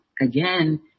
again